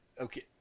okay